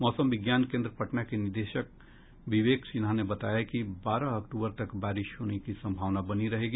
मौसम विज्ञान केन्द्र पटना के निदेशक विवेक सिन्हा ने बताया कि बारह अक्टूबर तक बारिश होने की संभावना बनी रहेगी